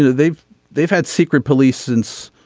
they've they've had secret police since